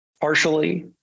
partially